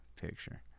picture